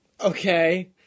Okay